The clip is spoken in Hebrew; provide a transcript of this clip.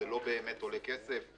וזה לא באמת עולה כסף.